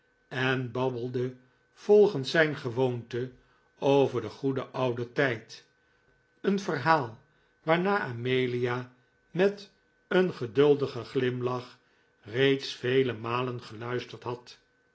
en babbelde volgens zijn gewoonte over den goeden ouden tijd een verhaal waarnaar amelia met een geduldigen glimlach reeds vele malen geluisterd had